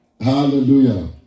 Hallelujah